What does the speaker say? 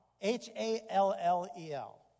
H-A-L-L-E-L